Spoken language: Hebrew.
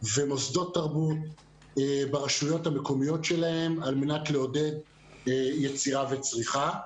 ומוסדות תרבות ברשויות המקומיות שלהן על מנת לעודד יצירה וצריכה.